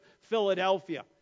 Philadelphia